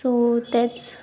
so तेंच okay